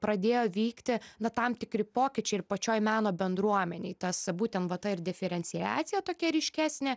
pradėjo vykti na tam tikri pokyčiai ir pačioj meno bendruomenėj tas būten va ta ir diferenciacija tokia ryškesnė